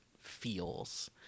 feels